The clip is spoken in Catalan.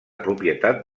propietat